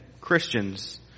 Christians